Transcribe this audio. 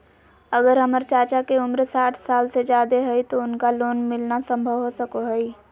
अगर हमर चाचा के उम्र साठ साल से जादे हइ तो उनका लोन मिलना संभव हो सको हइ?